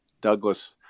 Douglas